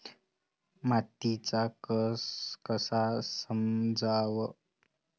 मातीचा कस कसा समजाव?